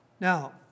Now